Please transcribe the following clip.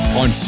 on